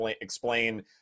explain